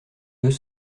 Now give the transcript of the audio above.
deux